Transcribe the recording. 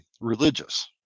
religious